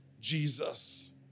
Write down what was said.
Jesus